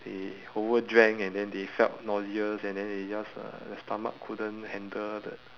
they overdrank and then they felt nauseous and then they just uh the stomach couldn't handle the